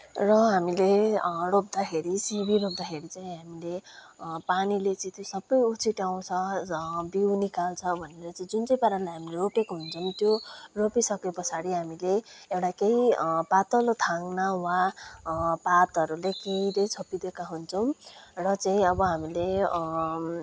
र हामीले रोप्दाखेरि सिमी रोप्दाखेरि चाहिँ हामीले पानीले चाहिँ त्यो सबै उछिट्याउँछ बिउ निकाल्छ भनेर चाहिँ जुन चाहिँ पाराले हामी रोपेको हुन्छौँ त्यो रोपिसके पछाडि हामीले एउटा केही पातलो थाङ्ना वा पातहरूले केहीले छोपिदिएका हुन्छौँ र चाहिँ अब हामीले